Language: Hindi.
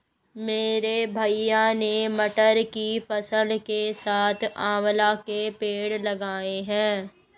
मेरे भैया ने मटर की फसल के साथ आंवला के पेड़ लगाए हैं